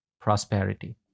prosperity